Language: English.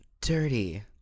Dirty